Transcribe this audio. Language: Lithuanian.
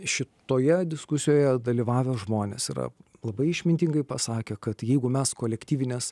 šitoje diskusijoje dalyvavę žmonės yra labai išmintingai pasakė kad jeigu mes kolektyvinės